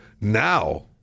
now